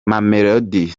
mamelodi